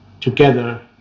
together